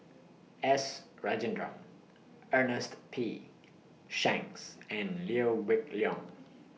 S Rajendran Ernest P Shanks and Liew weak Leong